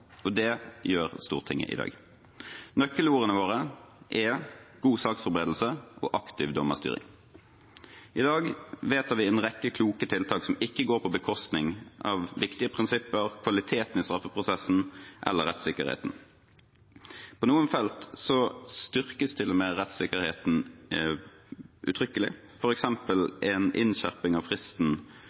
og det gjør Stortinget i dag. Nøkkelordene våre er god saksforberedelse og aktiv dommerstyring. I dag vedtar vi en rekke kloke tiltak som ikke går på bekostning av viktige prinsipper, kvaliteten i straffeprosessen eller rettssikkerheten. På noen felter styrkes til og med rettssikkerheten uttrykkelig, f.eks. ved en innskjerping av fristen